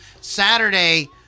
Saturday